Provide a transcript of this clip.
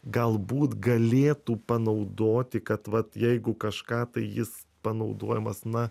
galbūt galėtų panaudoti kad vat jeigu kažką tai jis panaudojamas na